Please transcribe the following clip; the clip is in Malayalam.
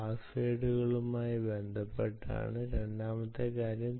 പാസ്വേഡുകളുമായി ബന്ധപ്പെട്ടതാണ് രണ്ടാമത്തെ കാര്യം